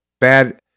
bad